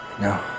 No